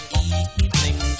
evening